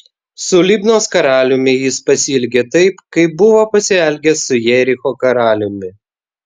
su libnos karaliumi jis pasielgė taip kaip buvo pasielgęs su jericho karaliumi